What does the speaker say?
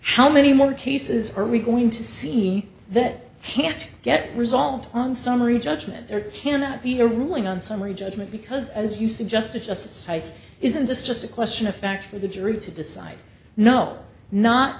how many more cases are we going to see that can't get resolved on summary judgment there cannot be a ruling on summary judgment because as you suggested just size isn't this just a question of fact for the jury to decide no not